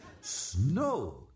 snow